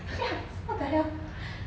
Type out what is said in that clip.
yucks what the hell